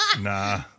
Nah